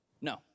No